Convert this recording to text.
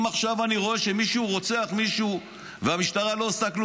אם עכשיו אני רואה שמישהו רוצח מישהו והמשטרה לא עושה כלום,